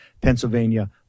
Pennsylvania